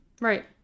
Right